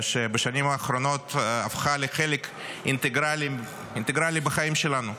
שבשנים האחרונות הפכה לחלק אינטגרלי מהחיים שלנו.